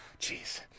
Jeez